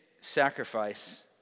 sacrifice